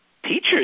Teachers